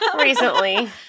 Recently